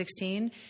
2016